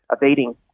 evading